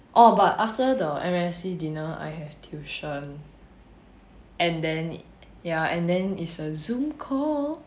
orh but after the M_N_C dinner I have tuition and then ya and then it's a zoom call